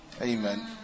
Amen